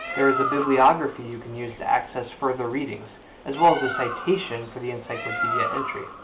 there is a bibliography you can use to access further readings as well as a citation for the encyclopedia entry.